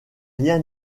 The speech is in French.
rien